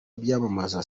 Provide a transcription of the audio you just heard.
byamamaza